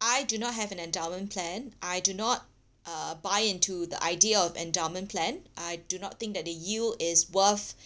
I do not have an endowment plan I do not uh buy into the idea of endowment plan I do not think that the yield is worth